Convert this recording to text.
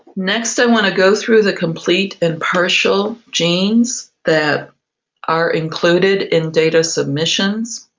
next i want to go through the complete and partial genes that are included in data submissions.